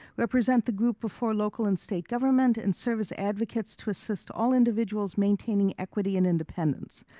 represent the group before local and state government, and serve as advocates to assist all individuals maintaining equity and independence.